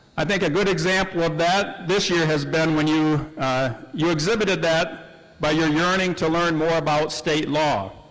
i think a good example of that this year has been when you you exhibited that by your yearning to learn more about state law,